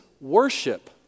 worship